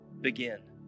begin